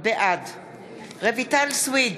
בעד רויטל סויד,